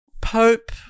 Pope